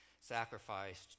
sacrificed